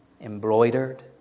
embroidered